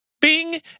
Bing